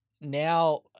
now